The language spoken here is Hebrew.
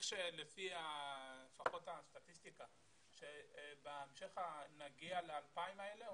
שלפחות לפי הסטטיסטיקה שבהמשך נגיע ל-2,000 האלה,